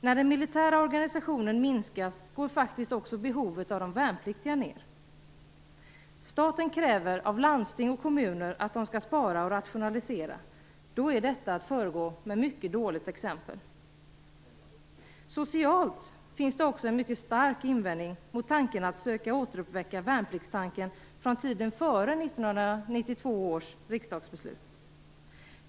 När den militära organisationen minskas går faktiskt också behovet av de värnpliktiga ned. Staten kräver av landsting och kommuner att de skall spara och rationalisera, då är detta att föregå med mycket dåligt exempel. Socialt finns det också en mycket stark invändning mot tanken att söka återuppväcka "värnpliktstanken" från tiden före 1992 års riksdagsbeslut.